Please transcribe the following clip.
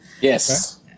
Yes